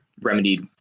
remedied